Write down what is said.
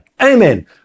Amen